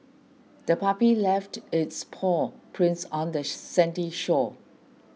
the puppy left its paw prints on the sandy shore